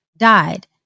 died